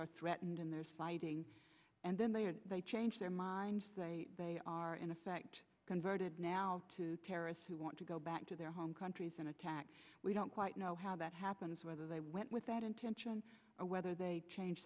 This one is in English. are threatened and there's fighting and then they change their minds they are in effect converted now to terrorists who want to go back to their home countries and attack we don't quite know how that happens whether they went with that intention or whether they change